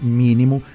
mínimo